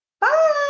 Bye